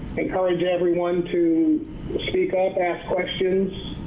encourage everyone to speak up, ask questions